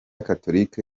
gatolika